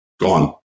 gone